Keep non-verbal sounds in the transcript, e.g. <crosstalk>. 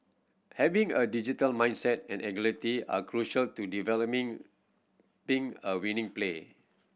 having a digital mindset and agility are crucial to <unintelligible> a winning play